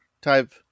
type